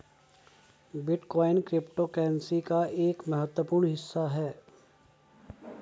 bitcoin cryptocurrency का ही एक महत्वपूर्ण हिस्सा है